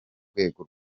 rwego